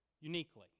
uniquely